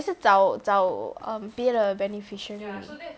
还是找找 um 别的 beneficiary